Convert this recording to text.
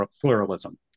pluralism